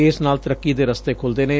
ਇਸ ਨਾਲ ਤਰਕੀ ਦੇ ਰਸਤੇ ਖੁਲੁਦੇ ਨੇ